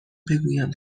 بگویم